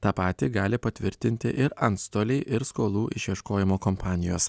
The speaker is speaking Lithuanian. tą patį gali patvirtinti ir antstoliai ir skolų išieškojimo kompanijos